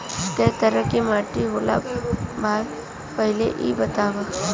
कै तरह के माटी होला भाय पहिले इ बतावा?